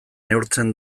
neurtzen